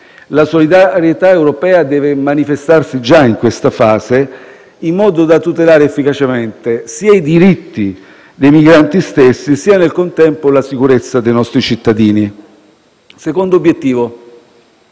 La solidarietà europea deve manifestarsi già in questa fase, in modo da tutelare efficacemente sia i diritti dei migranti, sia, nel contempo, la sicurezza dei nostri cittadini. Secondo obiettivo: